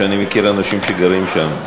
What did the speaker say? ואני מכיר אנשים שגרים שם.